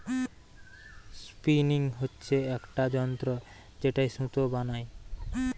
spinning হচ্ছে একটা যন্ত্র যেটায় সুতো বানাই